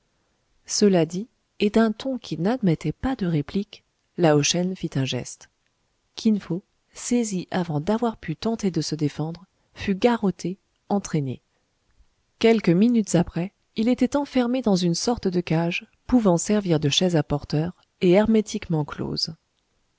cela dit et d'un ton qui n'admettait pas de réplique lao shen fit un geste kin fo saisi avant d'avoir pu tenter de se défendre fut garrotté entraîné quelques minutes après il était enfermé dans une sorte de cage pouvant servir de chaise à porteurs et hermétiquement close